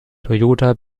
toyota